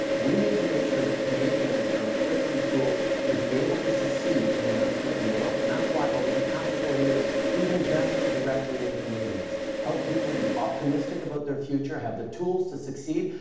we need to make sure that canadians are equipped and tooled to be able to succeed in an uncertain world. and that's why over the past four years, we've invested directly in canadians. helped people be optimistic about their future, have the tools to succeed,